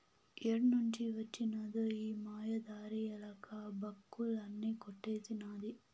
ఏడ్నుంచి వొచ్చినదో ఈ మాయదారి ఎలక, బుక్కులన్నీ కొట్టేసినాది